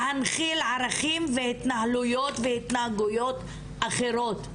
להנחיל ערכים והתנהלויות והתנהגויות אחרות.